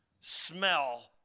smell